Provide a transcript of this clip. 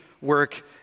work